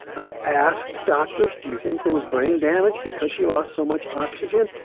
i asked doctors, do you think there was brain damage because she lost so much oxygen?